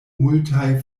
multaj